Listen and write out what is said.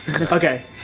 okay